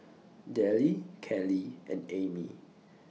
Dellie Keli and Ami